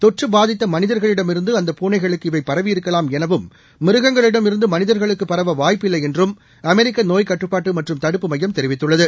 தொற்றுபாதித்தமனிதர்களிடம்இருந்துஅந்தபூனைகளுக்குஇவைபரவிஇருக் கலாம்எனவும்மிருகங்களிடம்இருந்துமனிதர்களுக்குபரவவாய்ப்புஇல்லைஎன்றும் அமெரிக்கநோய்க்கட்டுப்பாட்டுமற்றும்தடுப்புமையம்தெரிவித்துள்ளது